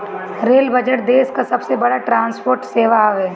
rail budget देस कअ सबसे बड़ ट्रांसपोर्ट सेवा हवे